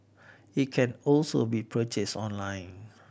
it can also be purchased online